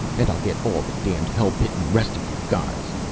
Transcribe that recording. and i'll get all the damned, hell-bitten rest of you guys!